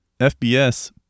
FBS